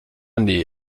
nee